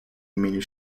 imieniu